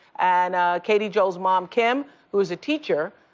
and katie joel's mom kim who's a teacher,